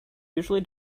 usually